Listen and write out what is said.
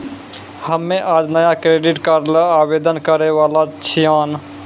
हम्मे आज नया क्रेडिट कार्ड ल आवेदन करै वाला छियौन